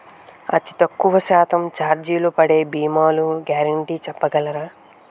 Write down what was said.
అతి తక్కువ శాతం ఛార్జీలు పడే భీమాలు గ్యారంటీ చెప్పగలరా?